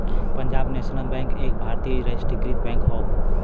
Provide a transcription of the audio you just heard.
Punjab National Bank एक भारतीय राष्ट्रीयकृत बैंक हौ